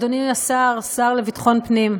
אדוני השר לביטחון הפנים,